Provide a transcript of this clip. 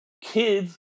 Kids